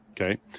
Okay